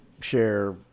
share